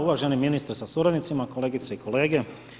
Uvaženi ministre s suradnicima, kolegice i kolege.